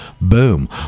Boom